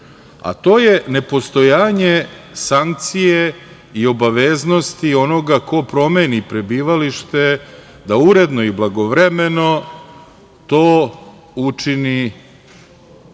a to je nepostojanje sankcije i obaveznosti onoga ko promeni prebivalište da uredno i blagovremeno to učini pred